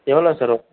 எவ்வளோ சார் ஓ